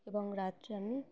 এবং রাত্রে আমি